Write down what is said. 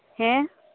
ᱦᱮᱸ